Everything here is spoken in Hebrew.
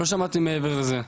לא שמעתי מעבר לזה,